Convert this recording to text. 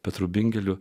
petru bingeliu